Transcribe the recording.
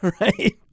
Right